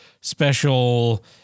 special